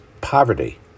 poverty